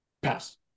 Pass